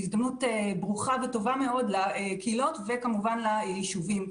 והזדמנות ברוכה וטובה מאוד לקהילות וכמובן ליישובים.